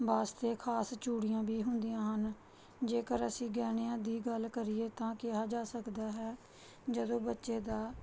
ਵਾਸਤੇ ਖਾਸ ਚੂੜੀਆਂ ਵੀ ਹੁੰਦੀਆਂ ਹਨ ਜੇਕਰ ਅਸੀਂ ਗਹਿਣਿਆਂ ਦੀ ਗੱਲ ਕਰੀਏ ਤਾਂ ਕਿਹਾ ਜਾ ਸਕਦਾ ਹੈ ਜਦੋਂ ਬੱਚੇ ਦਾ